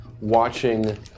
watching